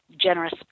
generous